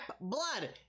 blood